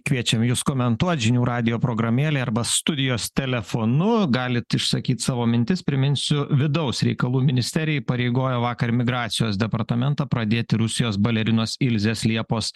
kviečiam jus komentuot žinių radijo programėlė arba studijos telefonu galit išsakyt savo mintis priminsiu vidaus reikalų ministerija įpareigojo vakar migracijos departamentą pradėti rusijos balerinos ilzės liepos